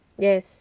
yes